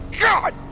God